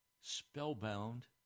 spellbound